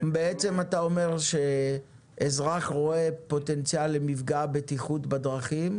בעצם אתה אומר שאזרח רואה פוטנציאל למפגע בטיחות בדרכים,